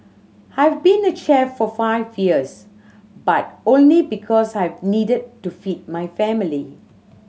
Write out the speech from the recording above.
I've been a chef for five years but only because I needed to feed my family